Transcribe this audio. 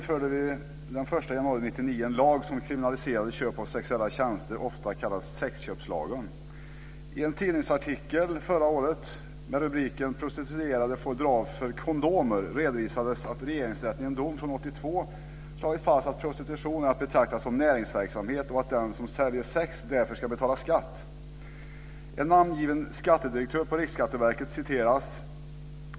Fru talman! I Sverige infördes det den 1 januari I en tidningsartikel förra året med rubriken Prostituerade får dra av för kondomer redovisades att Regeringsrätten i en dom 1982 slagit fast att prostitution är att betrakta som näringsverksamhet och att den som säljer sex därför ska betala skatt. En namngiven skattedirektör på Riksskatteverket citerades.